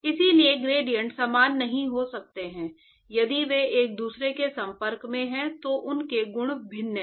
इसलिए ग्रेडिएंट समान नहीं हो सकते हैं यदि वे एक दूसरे के संपर्क में हैं तो उनके गुण भिन्न हैं